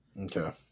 okay